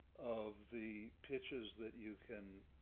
of the pitches that you can